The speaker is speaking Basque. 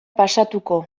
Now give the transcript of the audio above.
pasatuko